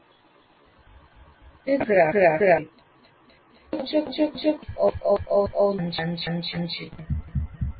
અદ્યતન ગ્રાફિક આયોજકોમાંથી એક અવધારણા માનચિત્ર છે